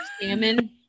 salmon